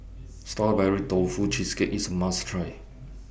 Strawberry Tofu Cheesecake IS A must Try